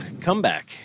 comeback